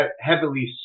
heavily